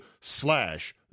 slash